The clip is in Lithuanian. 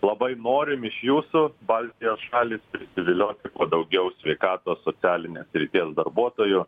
labai norim iš jūsų baltijos šalys prisivilioti kuo daugiau sveikatos socialinės srities darbuotojų